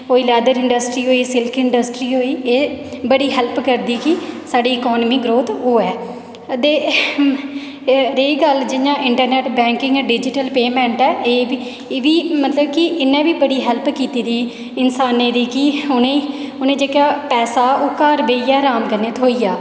कोई leather industry होई silk industry होई एह् बड़ी हैल्प करदी कि साढ़ी इकानमी ग्रोथ होऐ ते रेही गल्ल जियां इंटरनैंट बैंकिंग डिजीटल पेमैंट ऐ एह् बी एह् बी मतलब कि इन्नै बी बड़ी हैल्प कीती दी इंसानें दी कि उ'नेंगी उ'नेंगी जेह्का पैसा ऐ एह् घर बेहियै अराम थ्होई जा